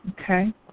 Okay